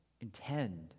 intend